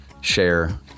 share